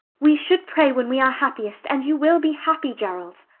we should pray when we are happiest, and you will be happy, gerald.